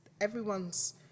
everyone's